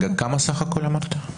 כמה סך הכול אמרת?